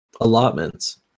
allotments